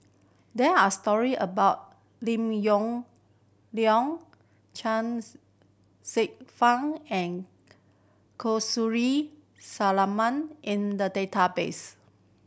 there are story about Lim Yong Liang Chuangs Hsueh Fang and Kamsari Salam in the database